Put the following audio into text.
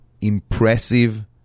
impressive